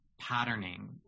patterning